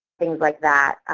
things like that,